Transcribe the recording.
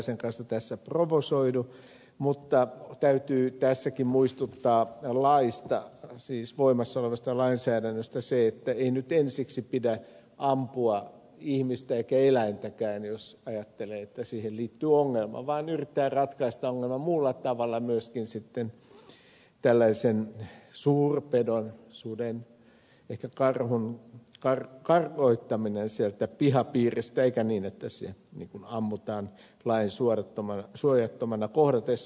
pulliaisen kanssa tässä provosoidu mutta täytyy tässäkin muistuttaa voimassa olevasta lainsäädännöstä se että ei nyt ensiksi pidä ampua ihmistä eikä eläintäkään jos ajattelee että siihen liittyy ongelma vaan yrittää ratkaista ongelma muulla tavalla myöskin sitten tällaisen suurpedon suden ehkä karhun karkottamisella sieltä pihapiiristä eikä niin että se ammutaan lainsuojattomana kohdatessa